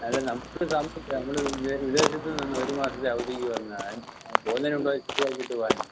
അല്ല നമുക്ക് സമയമില്ല നമ്മൾ വിദേ വിദേ വിദേശത്ത് നിന്ന് ഒരു മാസത്തെ അവധിക്ക് വന്നതാണ് പോകുന്നതിന് മുമ്പ് ശരിയാക്കിയിട്ട് പോകാനാണ്